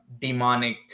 demonic